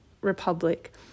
republic